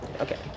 Okay